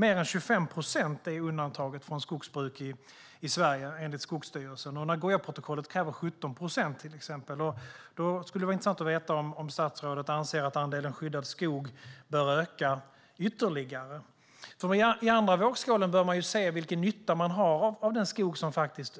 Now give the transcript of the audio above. Mer än 25 procent är enligt Skogsstyrelsen undantaget från skogsbruk i Sverige, och till exempel Nagoyaprotokollet kräver 17 procent. Det vore intressant att veta om statsrådet anser att andelen skyddad skog bör öka ytterligare. I den andra vågskålen bör man se vilken nytta man har av den skog som faktiskt